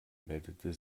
meldete